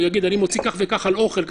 יגיד: כך וכך אני מוציא על אוכל,